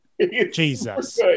Jesus